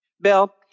Bill